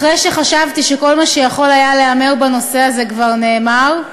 אחרי שחשבתי שכל מה שיכול היה להיאמר בנושא הזה כבר נאמר,